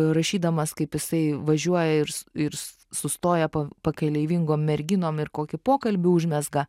rašydamas kaip jisai važiuoja ir ir sustoja pa pakeleivingom merginom ir kokį pokalbį užmezga